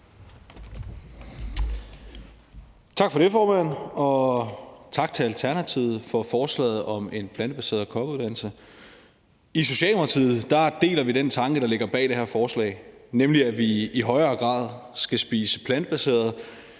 Tak for det, formand, og tak til Alternativet for forslaget om en plantebaseret kokkeuddannelse. I Socialdemokratiet deler vi den tanke, der ligger bag det her forslag, nemlig at vi i højere grad skal spise plantebaseret.